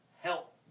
help